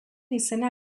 izena